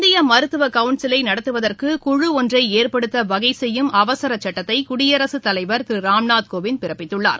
இந்திய மருத்துவ கவுன்சிலை நடத்துவதற்கு குழு ஒன்றை ஏற்படுத்த வகைசெய்யும் அவசரசட்டத்தை குடியரசுத்தலைவர் திரு ராம்நாத் கோவிந்த் பிறப்பித்துள்ளார்